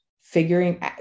Figuring